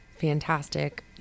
fantastic